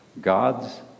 God's